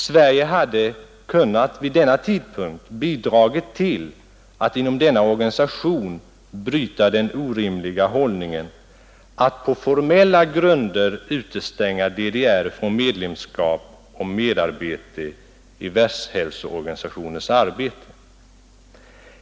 Sverige hade vid den tidpunkten kunnat bidraga till att inom denna organisation bryta den orimliga hållningen att man på formella grunder utestänger TDR från medlemskap och deltagande i Världshälsoorganisationens arbete.